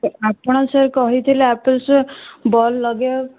ଆପଣ ସାର କହିଥିଲେ ହାଭେଲ୍ସର ବଲ୍ ଲଗେଇବେ